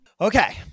Okay